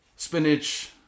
Spinach